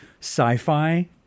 sci-fi